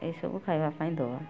ଏସବୁ ଖାଇବା ପାଇଁ ଦେବା